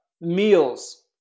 meals